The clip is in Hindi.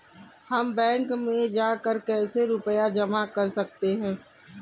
हम बैंक में जाकर कैसे रुपया जमा कर सकते हैं?